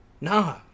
Nah